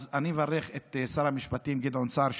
אני מברך את שר המשפטים גדעון סער.